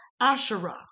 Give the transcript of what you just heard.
Asherah